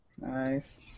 Nice